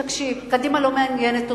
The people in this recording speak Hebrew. תקשיב, קדימה לא מעניינת אותי,